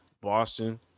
Boston